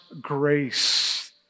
grace